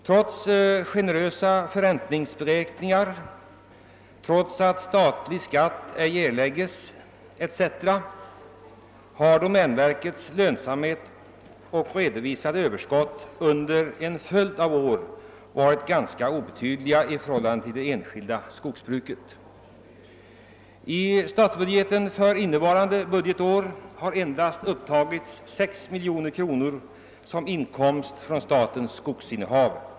Trots generösa förräntningsberäkningar och trots att statlig skatt ej erlägges etc., har emellertid domänverkets lönsamhet och redovisade överskott under en följd av år varit ganska obetydliga i förhållande till det enskilda skogsbruket. I statsbudgeten för innevarande budgetår har endast upptagits 6 miljoner kronor såsom inkomst från statens skogsinnehav.